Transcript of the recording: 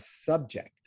subject